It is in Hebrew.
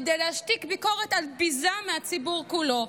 כדי להשתיק ביקורת על ביזה מהציבור כולו,